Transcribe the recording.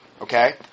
Okay